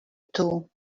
too